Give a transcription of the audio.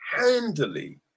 Handily